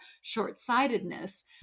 short-sightedness